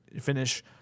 finish